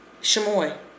Shamoy